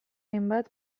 hainbat